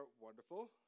wonderful